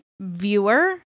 viewer